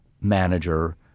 manager